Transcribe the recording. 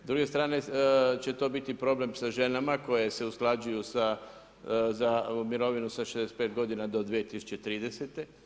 S druge strane će to biti problem sa ženama koje se usklađuju sa za mirovinu sa 65 g. do 2030.